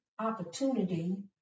opportunity